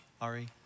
Ari